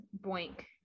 boink